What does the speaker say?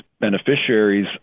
beneficiaries